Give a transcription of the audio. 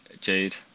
Jade